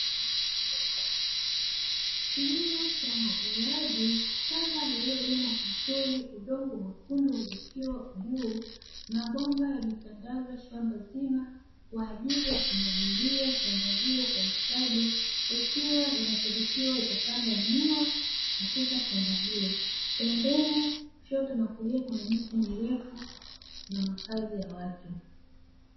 Kilimo chaumwagiliaji shamba lililolimwa vizuri, udongo mwekundu ukiwa juu, mabomba ya metandazwa shamba zima kwa ajili ya kumwagilia shamba hilo kwa ustadi, ikiwa inasadikiwa itapandwa miwa katika shamba hilo. Pembeni, kushoto na kulia kuna miti mirefu na makazi ya watu.